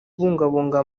kubungabunga